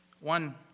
One